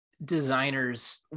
designers